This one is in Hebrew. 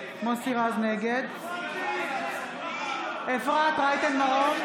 נגד אפרת רייטן מרום,